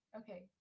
okay